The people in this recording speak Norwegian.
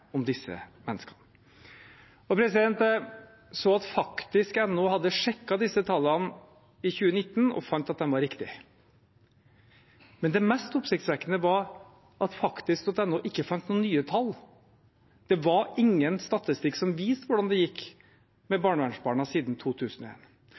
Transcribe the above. om disse menneskene. Jeg så at faktisk.no hadde sjekket disse tallene i 2019 og funnet at de var riktige, men det mest oppsiktsvekkende var at faktisk.no ikke fant noen nye tall. Det var ingen statistikk siden 2001 som viste hvordan det gikk med